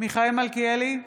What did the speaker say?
מיכאל מלכיאלי,